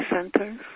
centers